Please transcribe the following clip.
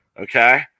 Okay